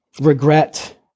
regret